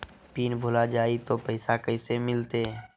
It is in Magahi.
पिन भूला जाई तो पैसा कैसे मिलते?